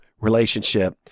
relationship